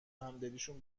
همدلیشون